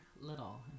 Little